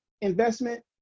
investment